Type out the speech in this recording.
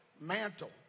mantle